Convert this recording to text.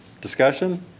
Discussion